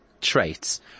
traits